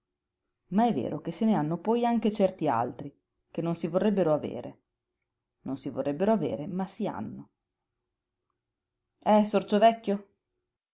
ma è vero che se ne hanno poi anche certi altri che non si vorrebbero avere non si vorrebbero avere ma si hanno eh sorcio vecchio